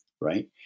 right